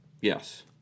Yes